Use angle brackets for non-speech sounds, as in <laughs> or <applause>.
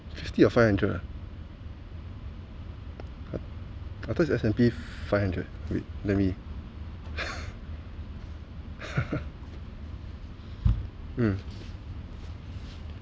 fifty or five hundred ah I thought it's S_&_P five hundred wait let me <laughs> mm